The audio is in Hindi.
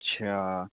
अच्छा